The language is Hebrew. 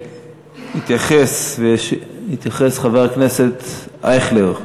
יתייחס חבר הכנסת אייכלר.